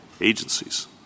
agencies